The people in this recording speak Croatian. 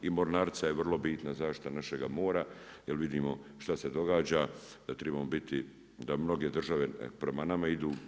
I mornarica je vrlo bitna zaštita našega mora, jer vidimo šta se događa, da tribamo biti, da mnoge države prema nama idu.